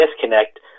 disconnect